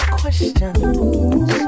questions